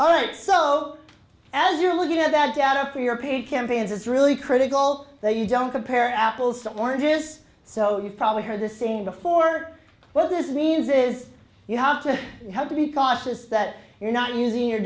all right so as you're looking at that data for european campaigns it's really critical that you don't compare apples to oranges so you've probably heard the same before well this means is you have to have to be cautious that you're not using your